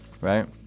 right